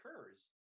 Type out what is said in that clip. occurs